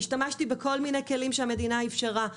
השתמשתי בכל מיני כלים שהמדינה אפשרה,